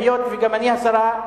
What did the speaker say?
היות שגם אני בעד הסרה,